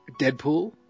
Deadpool